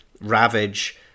Ravage